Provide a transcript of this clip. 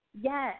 yes